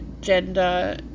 gender